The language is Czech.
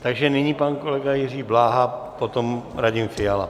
Takže nyní pan kolega Jiří Bláha, potom Radim Fiala.